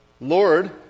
Lord